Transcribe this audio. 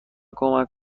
کمک